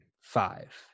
five